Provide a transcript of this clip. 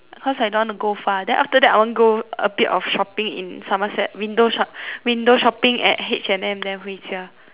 cause I don't want go far then after that I want go a bit of shopping in somerset window shopping at H&M then 回家